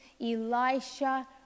Elisha